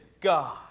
God